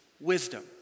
wisdom